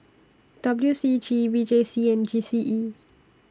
W C G V J C and G C E